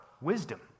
wisdom